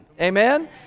amen